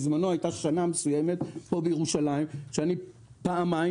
בזמנו הייתה שנה מסוימת פה בירושלים שאני פעמיים